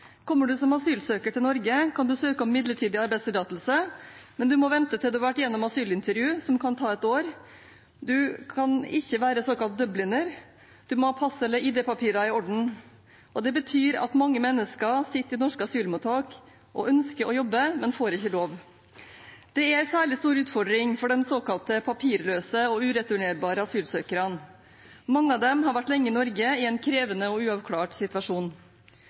Kommer man som asylsøker til Norge, kan man søke om midlertidig arbeidstillatelse, men man må vente til man har vært gjennom asylintervju, som kan ta et år, man kan ikke være såkalt «dubliner», og man må ha pass eller ID-papirer i orden. Det betyr at mange mennesker sitter i norske asylmottak og ønsker å jobbe, men får ikke lov. Det er en særlig stor utfordring for de såkalt papirløse og ureturnerbare asylsøkerne. Mange av dem har vært lenge i Norge i en krevende og uavklart situasjon.